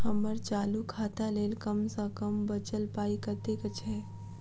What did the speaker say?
हम्मर चालू खाता लेल कम सँ कम बचल पाइ कतेक छै?